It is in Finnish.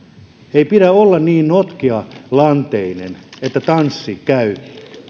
ei pidä olla niin notkealanteinen että tanssi käy